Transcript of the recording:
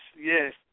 yes